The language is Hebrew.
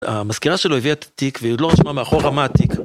המזכירה שלו הביאה את התיק והיא עוד לא רשמה מאחורה מה התיק.